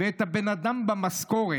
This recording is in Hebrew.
ואת הבן אדם במשכורת.